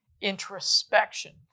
introspection